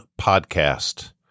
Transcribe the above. podcast